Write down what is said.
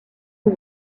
aux